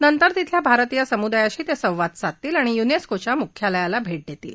नंतर तिथल्या भारतीय समुदायाशी ते संवाद साधतील आणि युनेस्को च्या मुख्यालयाला भेट देतील